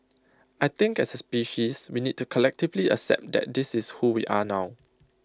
I think as A species we need to collectively accept that this is who we are now